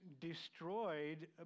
destroyed